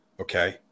Okay